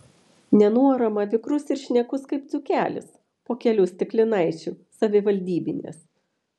nenuorama vikrus ir šnekus kaip dzūkelis po kelių stiklinaičių savivaldybinės